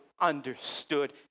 understood